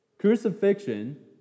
crucifixion